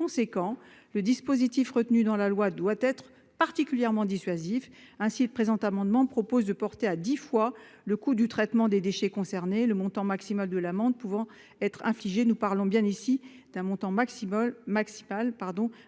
importants, le dispositif retenu dans la loi doit être particulièrement dissuasif. Ainsi, le présent amendement tend à porter à dix fois le coût du traitement des déchets concernés le montant maximal de l'amende pouvant être infligée. Nous parlons bien ici d'un montant maximal :